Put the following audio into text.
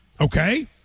Okay